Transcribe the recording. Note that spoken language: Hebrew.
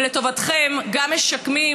ולטובתכם גם משקמים,